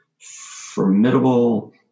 formidable